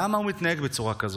למה הוא מתנהג בצורה כזו?